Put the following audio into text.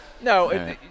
No